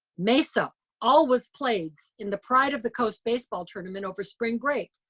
mesa always plays in the pride of the coast baseball tournament over spring break.